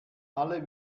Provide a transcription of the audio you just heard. alle